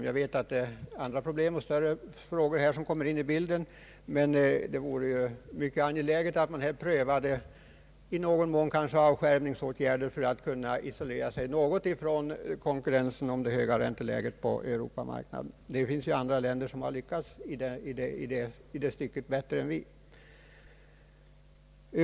Jag vet att andra problem kommer in i bilden, men det vore mycket angeläget att man prövade avskärmningsåtgärder för att i någon mån kunna isolera sig från inverkan av det höga ränteläget på Europamarknaden. Det finns länder som i det stycket har lyckats bättre än vi.